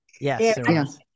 Yes